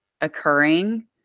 occurring